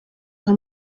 nka